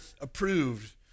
approved